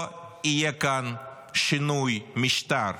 לא יהיה כאן שינוי משטר,